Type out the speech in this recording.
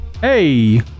Hey